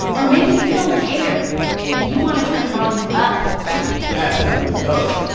or maybe you don't care and you want to turn the volume up yes. let them know.